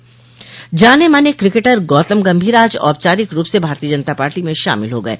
जाने माने किकेटर गौतम गभीर आज औपचारिक रूप से भारतीय जनता पार्टी में शामिल हो गये